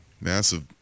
massive